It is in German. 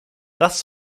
das